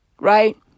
Right